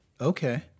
Okay